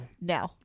No